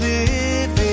Living